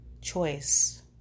choice